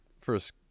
first